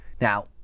Now